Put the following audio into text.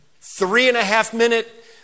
three-and-a-half-minute